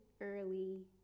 early